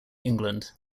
england